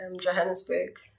Johannesburg